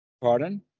Pardon